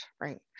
right